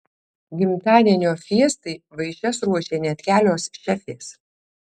gimtadienio fiestai vaišes ruošė net kelios šefės